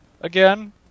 again